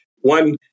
one